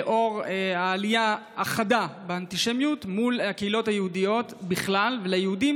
לנוכח העלייה החדה באנטישמיות מול הקהילות היהודיות בכלל והיהודים